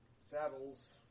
saddles